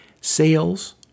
Sales